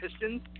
Pistons